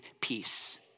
peace